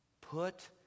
Put